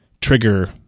trigger